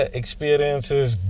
experiences